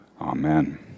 Amen